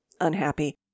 unhappy